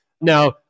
Now